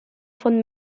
von